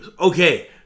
Okay